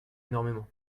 énormément